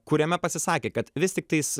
kuriame pasisakė kad vis tiktais